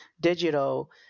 digital